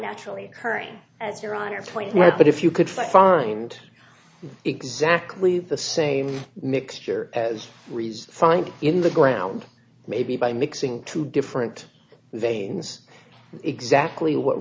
naturally occurring as your honor twenty but if you could find exactly the same mixture as reis find in the ground maybe by mixing two different veins exactly what